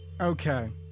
Okay